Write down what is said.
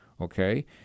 okay